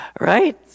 Right